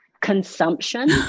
consumption